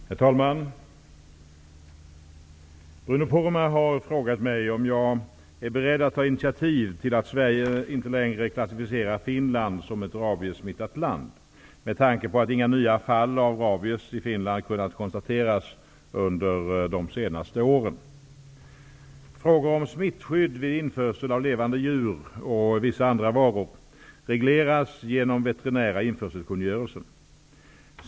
Herr talman! Bruno Poromaa har frågat mig om jag är beredd att ta initiativ till att Sverige icke längre klassificerar Finland som ett rabiessmittat land, med tanke på att inga nya fall av rabies i Finland kunnat konstateras under de senaste åren. Frågor om smittskydd vid införsel av levande djur och vissa andra varor regleras genom veterinära införselkungörelsen.